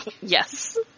Yes